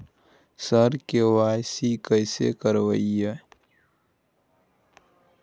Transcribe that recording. sir KYC कैसे करवाएं